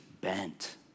bent